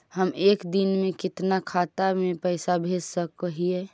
हम एक दिन में कितना खाता में पैसा भेज सक हिय?